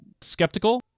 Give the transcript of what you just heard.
skeptical